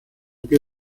pie